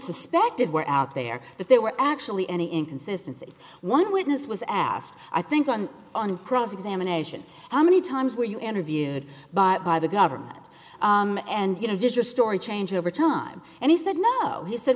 suspected were out there that there were actually any inconsistency one witness was asked i think on on cross examination how many times were you interviewed by by the government and you know just a story change over time and he said no he said